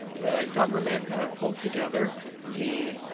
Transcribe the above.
the government pulled together the